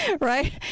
right